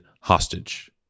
hostage